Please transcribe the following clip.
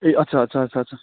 ए अच्छा अच्छा अच्छा